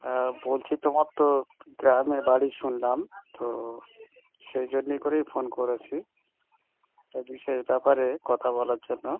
হ্যাঁ বলছি তোমার তো গ্রামে বাড়ি শুনলাম তো সেই জন্যে করেই ফোন করেছি একটা বিষয়ের ব্যাপারে কথা বলার জন্য